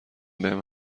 بهم